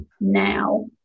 now